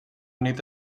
unit